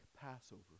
Passover